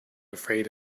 afraid